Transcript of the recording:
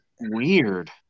weird